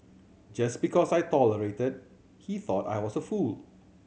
just because I tolerated he thought I was a fool